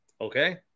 okay